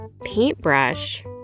paintbrush